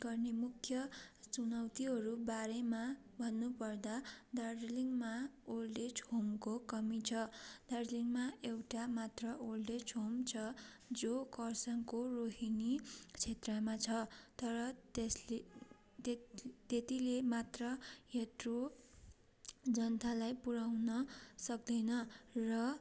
गर्ने मुख्य चुनौतीहरू बारेमा भन्नुपर्दा दार्जिलिङमा ओल्डएज होमको कमी छ दार्जिलिङमा एउटा मात्र ओल्डएज होम छ जो खरसाङको रोहिनी क्षेत्रमा छ तर त्यसले त्यतिले मात्र यत्रो जनतालाई पुऱ्याउन सक्दैन र